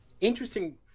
interesting